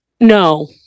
no